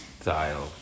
style